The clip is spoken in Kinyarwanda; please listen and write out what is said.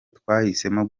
twahisemo